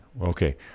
Okay